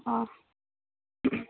অঁ